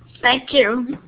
thank you,